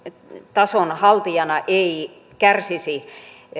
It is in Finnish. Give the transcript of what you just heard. tason haltijana ei kärsisi